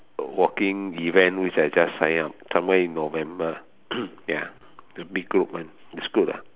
walking event which I just sign up somewhere in november ya big group one it's good lah